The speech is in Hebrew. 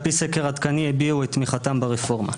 פי סקר עדכני הביעו את תמיכתם ברפורמה.